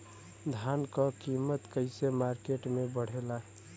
धान क कीमत कईसे मार्केट में बड़ेला?